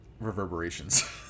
reverberations